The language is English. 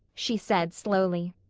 she said slowly.